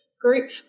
group